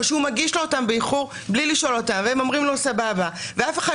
או שהוא מגיש להם אותו באיחור מבלי לשאול אותם והם מסכימים לזה ואף אחד